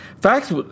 Facts